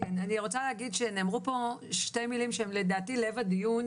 אני רוצה להגיד שנאמרו פה שתי מילים שהם לדעתי לב הדיון,